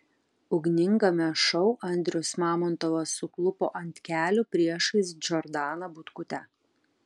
ugningame šou andrius mamontovas suklupo ant kelių priešais džordaną butkutę